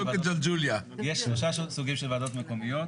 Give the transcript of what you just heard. --- יש שלושה סוגים של ועדות מקומיות,